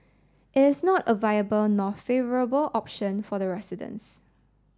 it is not a viable nor favourable option for the residents